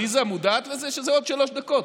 עליזה מודעת לזה שזה עוד שלוש דקות?